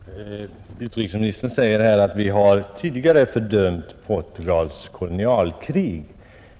Herr talman! Utrikesministern säger att Sverige tidigare har fördömt Portugals kolonialkrig.